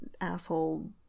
asshole